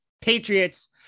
Patriots